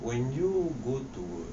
when you go to